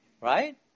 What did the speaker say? Right